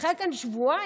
לקחה כאן שבועיים?